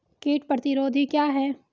कीट प्रतिरोधी क्या है?